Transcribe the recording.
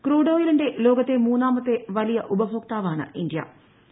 crude ഓയിലിന്റെ ലോകത്തെ മൂന്നാമത്തെ വലിയ ഉപഭോക്താവാണ് ഇന്തൃ